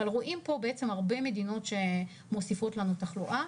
רואים כאן הרבה מדינות שמוסיפות לנו תחלואה.